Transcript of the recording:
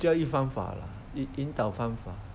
教育方法 lah 引导方法